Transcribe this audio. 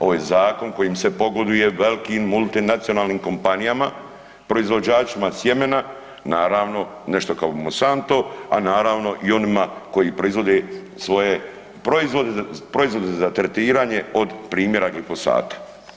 Ovo je zakon kojim se pogoduje velikim multinacionalnim kompanijama, proizvođačima sjemena, naravno nešto kao Monsanto, a naravno i onima koji proizvode svoje proizvode, proizvode za tretiranje od primjera glifosata.